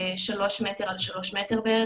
3 מ"ר בערך,